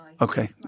Okay